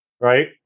right